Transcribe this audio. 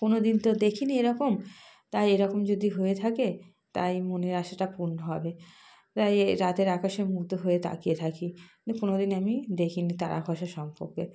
কোনো দিন তো দেখিনি এরকম তাই এরকম যদি হয়ে থাকে তাই মনের আশাটা পূর্ণ হবে তাই রাতের আকাশে মুগ্ধ হয়ে তাকিয়ে থাকি কোনো দিন আমি দেখিনি তারা খসা সম্পর্কে